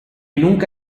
nunca